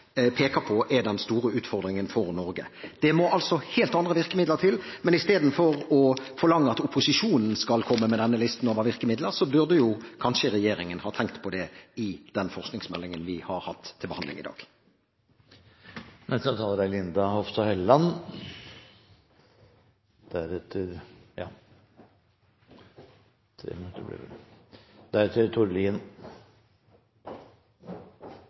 peker på er den store utfordringen for Norge. Det må altså helt andre virkemidler til. I stedet for å forlange at opposisjonen skal komme med denne listen over virkemidler, burde kanskje regjeringen ha tenkt på det i forbindelse med den forskningsmeldingen vi har hatt til behandling i